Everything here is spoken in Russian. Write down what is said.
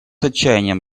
отчаянием